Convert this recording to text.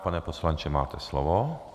Pane poslanče, máte slovo.